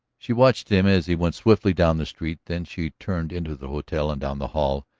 she watched him as he went swiftly down the street then she turned into the hotel and down the hall,